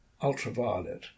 ultraviolet